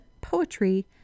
poetry